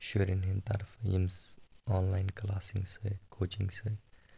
شُرٮ۪ن ہِنٛدۍ طرفہٕ ییٚمِس آن لاین کٕلاسِنٛگ سۭتۍ کوچِنٛگ سۭتۍ